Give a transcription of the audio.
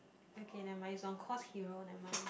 okay never mind it's on course hero never mind